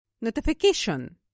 Notification